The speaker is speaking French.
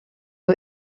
eux